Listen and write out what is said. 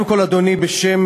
קודם כול, אדוני, בשם